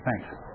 Thanks